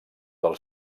del